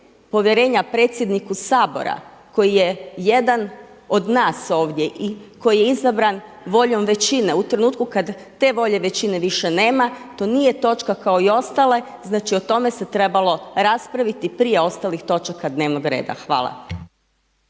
povjerenja predsjedniku Sabora koji je jedan od nas ovdje i koji je izabran voljom većine. U trenutku kada te volje većine više nema, to nije točka kao i ostale znači o tome se trebalo raspraviti prije ostalih točaka dnevnog reda. Hvala.